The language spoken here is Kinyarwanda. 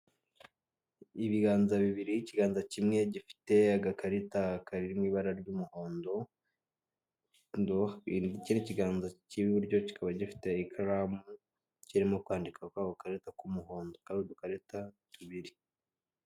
Ibiganza bibiri, ikiganza kimwe gifite agakarita kari mu ibara ry'umuhondo, ikindi kiganza cy'iburyo kikaba gifite ikaramu kirimo kwandika kuri ako gakarita k'umuhondo, akaba ari udukarita tubiri.